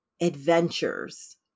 adventures